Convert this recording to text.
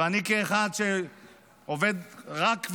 ואני כאחד שעובד רק,